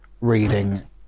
reading